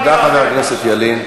תודה, חבר הכנסת ילין.